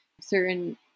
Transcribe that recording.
certain